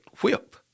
whip